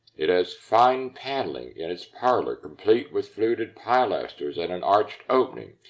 it has fine paneling in its parlor, complete with fluted pilasters and an arched opening,